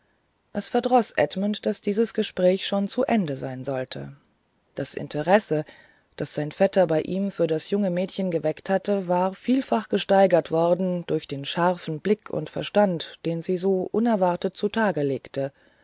es verdroß edmund daß dieses gespräch schon zu ende sein sollte das interesse das sein vetter bei ihm für das junge mädchen geweckt hatte war vielfach gesteigert worden durch den scharfen blick und verstand den sie so unerwartet zutage legte